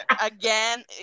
again